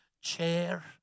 chair